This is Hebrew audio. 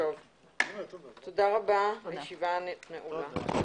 תודה רבה, הישיבה נעולה.